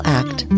act